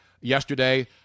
yesterday